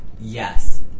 yes